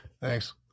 Thanks